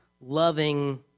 loving